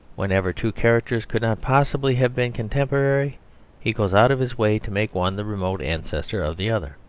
whenever two characters could not possibly have been contemporary he goes out of his way to make one the remote ancestor of the other.